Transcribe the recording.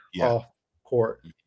off-court